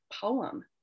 poem